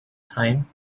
time